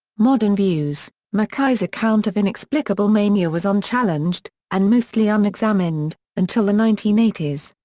modern views mackay's account of inexplicable mania was unchallenged, and mostly unexamined, until the nineteen eighty s.